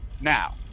now